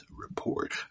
Report